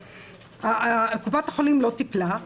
קופת החולים לא טיפלה,